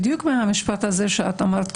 בדיוק מהמשפט הזה שאת אמרת,